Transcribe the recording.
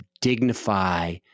dignify